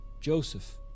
Joseph